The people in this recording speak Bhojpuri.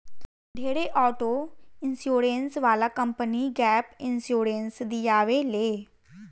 ढेरे ऑटो इंश्योरेंस वाला कंपनी गैप इंश्योरेंस दियावे ले